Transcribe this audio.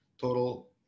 total